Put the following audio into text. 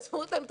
תעזבו אותם,